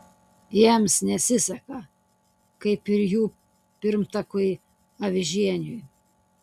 jiems nesiseka kaip ir jų pirmtakui avižieniui